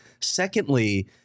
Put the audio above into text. secondly